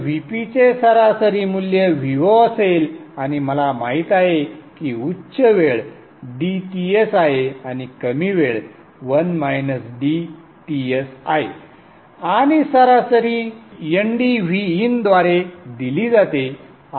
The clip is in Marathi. तर Vp चे सरासरी मूल्य Vo असेल आणि मला माहित आहे की उच्च वेळ dTs आहे आणि कमी वेळ 1 - dTs आहे आणि सरासरी ndVin द्वारे दिली जाते